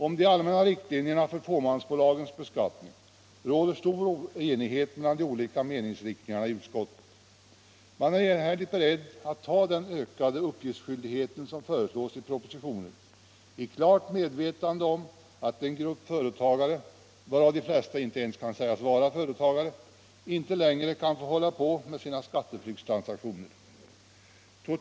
Om de allmänna riktlinjerna för fåmansbolagens beskattning råder stor enighet mellan de olika meningsriktningarna i utskottet. Man är enhälligt beredd att ta den ökade uppgiftsskyldighet som föreslås i propositionen i klart medvetande om att en grupp företagare, varav de flesta inte ens kan sägas vara företagare, inte längre kan få hålla på med sina skatteflykts = Nr 76 transaktioner.